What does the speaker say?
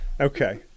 Okay